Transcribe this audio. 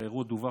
מדוע?